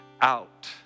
out